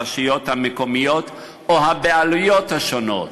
הרשויות המקומיות או הבעלויות השונות,